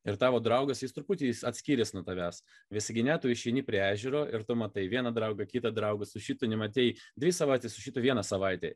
ir tavo draugas jis truputį atskyręs nuo tavęs visagine tu išeini prie ežero ir tu matai vieną draugą kitą draugą su šituo nematei dvi savaites su šituo vieną savaitę